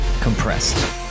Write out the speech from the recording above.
Compressed